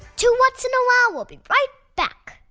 two whats? and a wow! will be right back.